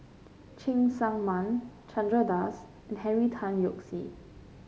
Cheng Tsang Man Chandra Das and Henry Tan Yoke See